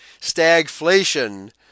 stagflation